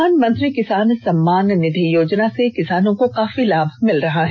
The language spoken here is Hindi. प्रधानमंत्री किसान सम्मान निधि योजना से किसानों को काफी लाभ मिल रहा है